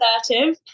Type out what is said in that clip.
assertive